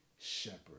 shepherd